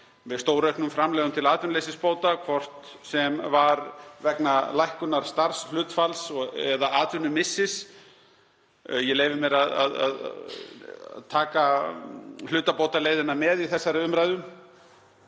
Með stórauknum framlögum til atvinnuleysisbóta, hvort sem var vegna lækkunar starfshlutfalls eða atvinnumissis — ég leyfi mér að taka hlutabótaleiðina með í þessa umræðu